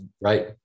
Right